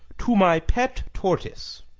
to my pet tortoise